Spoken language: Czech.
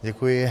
Děkuji.